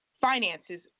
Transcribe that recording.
finances